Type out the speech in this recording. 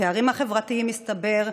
והפערים החברתיים, מסתבר,